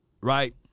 Right